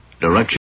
Direction